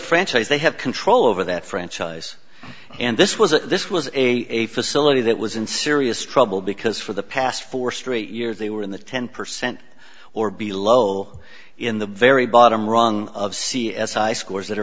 franchise they have control over that franchise and this was a this was a facility that was in serious trouble because for the past four straight years they were in the ten percent or below in the very bottom rung of c s i scores that are